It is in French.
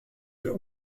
peux